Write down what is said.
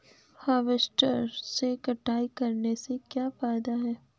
Harvester से कटाई करने से क्या फायदा है?